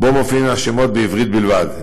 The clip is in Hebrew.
ובו מופיעים השמות בעברית בלבד.